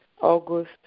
August